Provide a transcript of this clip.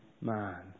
man